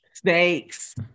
snakes